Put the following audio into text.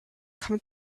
come